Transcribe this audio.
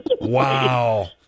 Wow